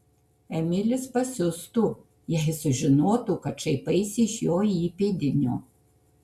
emilis pasiustų jei sužinotų kad šaipaisi iš jo įpėdinio